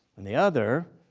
and the other,